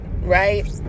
right